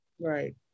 Right